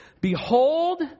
Behold